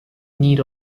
need